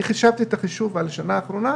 אני עשיתי את החישוב לשנה האחרונה,